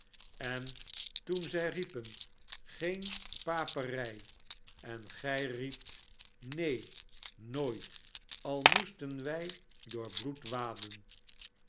en toen zij riepen geen paperij en gij riept neen nooit al moesten wij door bloed waden